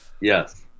Yes